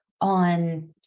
on